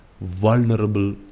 vulnerable